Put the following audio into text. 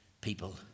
people